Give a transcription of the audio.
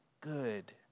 good